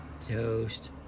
Toast